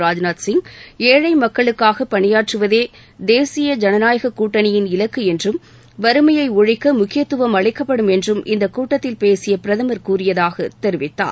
ராஜ்நாத் சிங் ஏழை மக்களுக்காக பணியாற்றுவதே தேசிய ஜனநாயகக் கூட்டணியின் இலக்கு என்றும் வறுமையை ஒழிக்க முக்கியத்துவம் அளிக்கப்படும் என்றும் இந்தக் கூட்டத்தில் பேசிய பிரதமர் கூறியதாக தெரிவித்தார்